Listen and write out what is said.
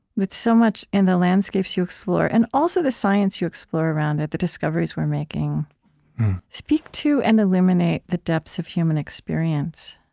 with so much in the landscapes you explore, and also the science you explore around it, the discoveries we're making speak to and illuminate the depths of human experience